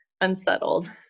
unsettled